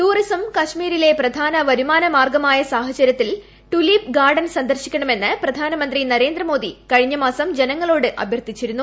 tourism കശ്മീരിലെ പ്രധാന വരുമാന മാർഗ്ഗമായ സാഹചര്യത്തിൽ ടുലിപ്പ് ഗാർഡൻ സന്ദർശിക്കണമെന്ന് പ്രധാനമന്ത്രി നരേന്ദ്രമോദി കഴിഞ്ഞ മാസം ജനങ്ങളോട് അഭ്യർത്ഥിച്ചിരുന്നു